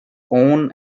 own